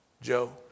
Joe